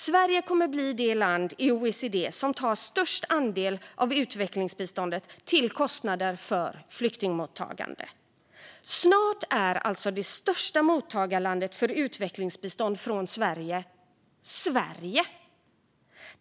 Sverige kommer att bli det land i OECD som tar störst andel av utvecklingsbiståndet till kostnader för flyktingmottagande. Snart är alltså det största mottagarlandet för utvecklingsbistånd från Sverige - Sverige!